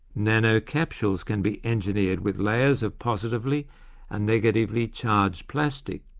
nano-capsules can be engineered with layers of positively and negatively charged plastic.